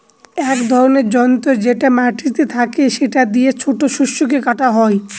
এক ধরনের যন্ত্র যেটা মাটিতে থাকে সেটা দিয়ে ছোট শস্যকে কাটা হয়